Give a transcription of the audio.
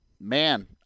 man